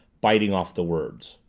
biting off the words.